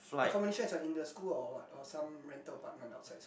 accommodations are in the school or what or some rental apartment outside